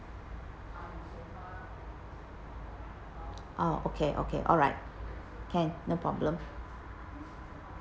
ah okay okay alright can no problem